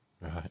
right